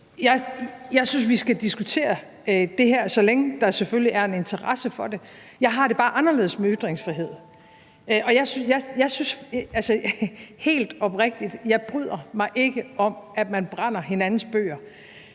Jeg synes, vi skal diskutere det her, så længe der selvfølgelig er en interesse for det. Jeg har det bare anderledes med ytringsfrihed. Helt oprigtigt: Jeg bryder mig ikke om, at man brænder andres bøger,